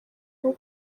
aho